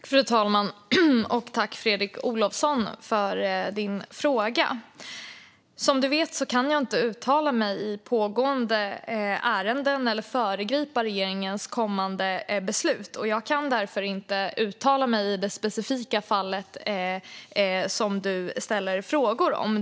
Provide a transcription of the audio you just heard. Fru talman! Jag tackar Fredrik Olovsson för frågan. Som Fredrik Olovsson vet kan jag inte uttala mig i pågående ärenden eller föregripa regeringens kommande beslut, och jag kan därför inte uttala mig i det specifika fall som du ställer frågor om.